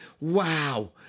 Wow